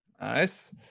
Nice